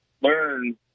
learn